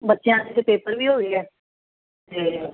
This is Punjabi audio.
ਬੱਚਿਆਂ ਦੇ ਤਾਂ ਪੇਪਰ ਵੀ ਹੋ ਗਏ ਹੈ ਅਤੇ